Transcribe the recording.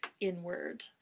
inward